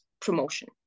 promotion